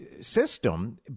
system